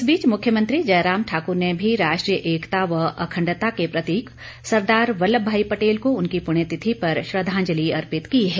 इस बीच मुख्यमंत्री जयराम ठाकुर ने भी राष्ट्रीय एकता व अखंडता के प्रतीक सरदार वल्लभ भाई पटेल को उनकी पुण्यतिथि पर श्रद्धांजलि अर्पित की है